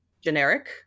generic